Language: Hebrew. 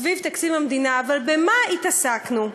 סביב תקציב המדינה, אבל במה התעסקנו?